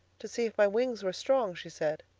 to see if my wings were strong, she said.